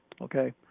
Okay